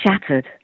shattered